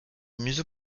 museau